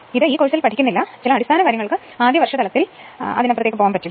ഇത് ഈ കോഴ്സിൽ ഇതിൽ പഠിക്കാനാകില്ല ചില അടിസ്ഥാനകാര്യങ്ങൾക്ക് ആദ്യ വർഷ തലത്തിൽ അതിനപ്പുറം കഴിയില്ല